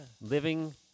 Living